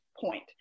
point